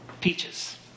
peaches